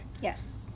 Yes